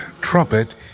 Trumpet